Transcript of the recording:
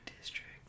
District